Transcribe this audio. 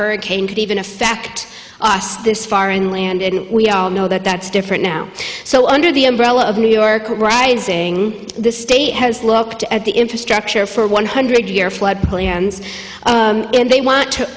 hurricane could even affect us this far inland and we all know that that's different now so under the umbrella of new york saying this state has looked at the infrastructure for one hundred year flood plans and they want to